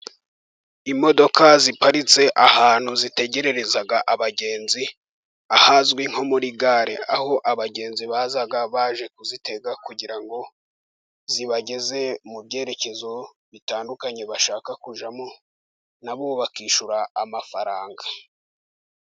Imodoka ziparitse ahantu zitegerereza abagenzi, ahazwi nko muri gare. Aho abagenzi baza baje kuzitega kugira ngo zibageze mu byerekezo bitandukanye bashaka kujyamo, nabo bakishyura amafaranga.